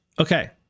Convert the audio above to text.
okay